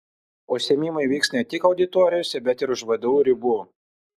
užsiėmimai vyks ne tik auditorijose bet ir už vdu ribų